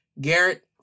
Garrett